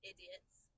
Idiots